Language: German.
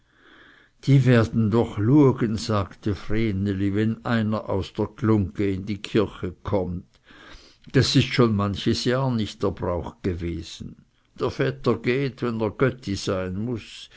die werden doch luegen sagte vreneli wenn einer aus der glungge in die kirche kommt das ist schon manches jahr nicht der brauch gewesen der vetter geht wenn er götti sein muß